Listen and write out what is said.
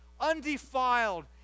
undefiled